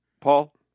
Paul